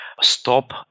stop